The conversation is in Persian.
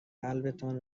قلبتان